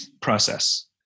process